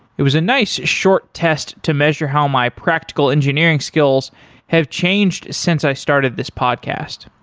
it was a nice short test to measure how my practical engineering skills have changed since i started this podcast.